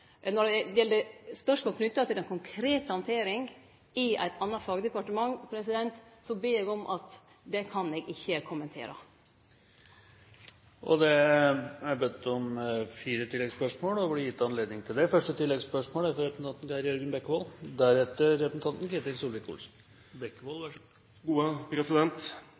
Når det gjeld spørsmål knytte til den konkrete handteringa i eit anna fagdepartement, bed eg om forståing for at eg ikkje kan kommentere det. Det er bedt om fire oppfølgingsspørsmål og blir gitt anledning til det – først Geir Jørgen Bekkevold. Realiteten i denne saken er